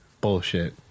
Bullshit